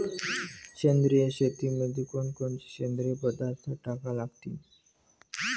सेंद्रिय शेतीमंदी कोनकोनचे सेंद्रिय पदार्थ टाका लागतीन?